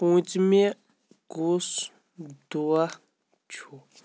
پونٛژمہِ کُس دوہ چھُ